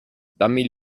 dammi